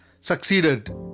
succeeded